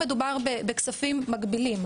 מדובר בכספים מקבילים,